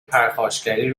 پرخاشگری